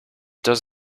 does